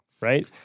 right